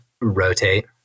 rotate